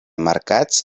mercats